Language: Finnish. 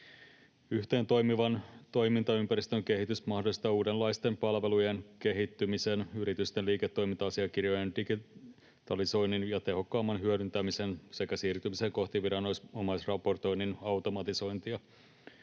Yhteentoimivan toimintaympäristön kehitys mahdollistaa uudenlaisten palveluiden kehittymisen, yritysten liiketoiminta-asiakirjojen digitalisoinnin ja tehokkaamman hyödyntämisen sekä siirtymisen kohti viranomaisraportoinnin automatisointia.